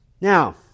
Now